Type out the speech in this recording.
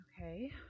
okay